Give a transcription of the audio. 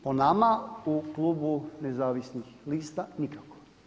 Po nama u klubu nezavisnih lista nikako.